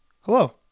Hello